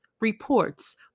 reports